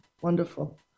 wonderful